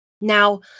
Now